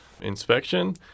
inspection